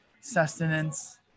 sustenance